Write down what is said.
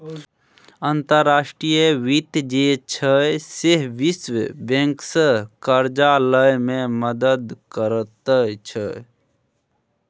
अंतर्राष्ट्रीय वित्त जे छै सैह विश्व बैंकसँ करजा लए मे मदति करैत छै